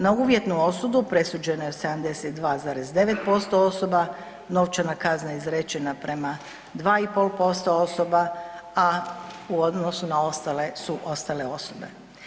Na uvjetnu osudu presuđeno je 72,9% osoba, novčana kazna izrečena prema 2,5% osoba, a u odnosu na ostale su ostale osobe.